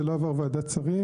זה לא עבר ועדת שרים.